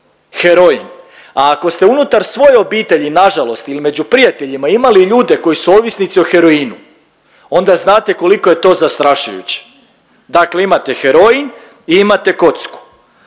Heroin. A ako ste unutar svoje obitelji na žalost ili među prijateljima, imali ljude koji su ovisnici o heroinu, onda znate koliko je to zastrašujuće. Dakle imate heroin i imate kocku.